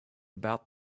about